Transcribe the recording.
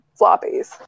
floppies